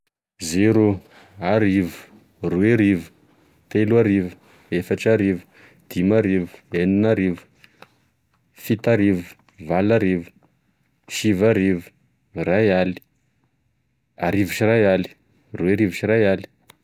Zero, arivo, roerivo, teloarivo, efatrarivo, dimarivo, eninarivo, fitarivo, valarivo, sivarivo, raialy, arivo sy ray aly, roy arivo sy ray aly